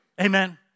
Amen